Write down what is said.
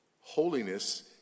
holiness